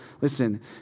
listen